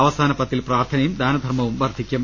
അവസാന പത്തിൽ പ്രാർത്ഥനയും ദാനധർമ്മവും വർദ്ധിക്കും